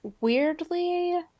weirdly